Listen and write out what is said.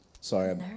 Sorry